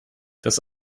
das